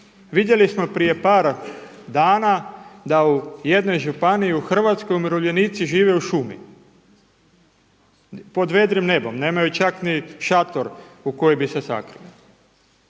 vidjeli smo prije par dana da u jednoj županiji u Hrvatskoj umirovljenici žive u šumi, pod vedrim nebom, nemaju čak ni šator u koji bi se sakrili.